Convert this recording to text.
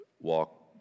walk